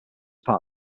part